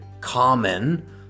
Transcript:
common